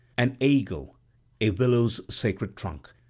and aegle a willow's sacred trunk.